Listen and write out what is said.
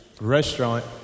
restaurant